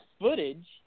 footage